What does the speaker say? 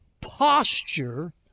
posture